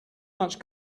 much